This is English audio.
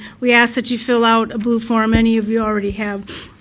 we ask that you fill out a blue form. many of you already have.